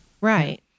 Right